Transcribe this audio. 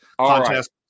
Contest